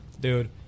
dude